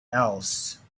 else